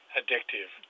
addictive